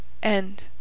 End